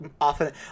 often